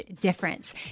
difference